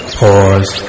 pause